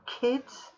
kids